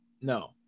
no